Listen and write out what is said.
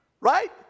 Right